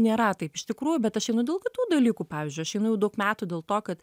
nėra taip iš tikrųjų bet aš einu dėl kitų dalykų pavyzdžiui aš einu jau daug metų dėl to kad